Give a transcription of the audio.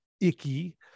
Icky